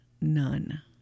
none